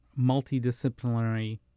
multidisciplinary